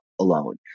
alone